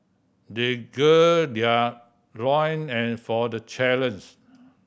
they gird their loin for the